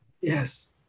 Yes